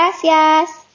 Gracias